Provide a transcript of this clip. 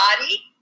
body